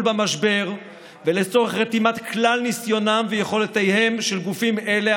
במשבר ולצורך רתימת כלל ניסיונם ויכולותיהם של גופים אלה,